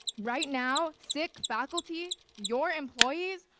right now, sick faculty, your employees,